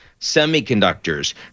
semiconductors